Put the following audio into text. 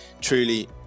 truly